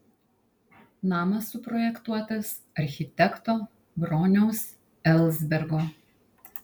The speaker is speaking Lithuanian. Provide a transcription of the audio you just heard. namas suprojektuotas architekto broniaus elsbergo